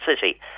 City